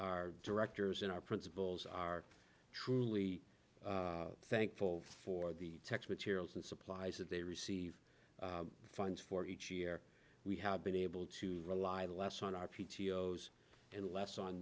our directors in our principals are truly thankful for the text materials and supplies that they receive the funds for each year we have been able to rely less on our p t o s and less on